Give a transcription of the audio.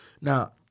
Now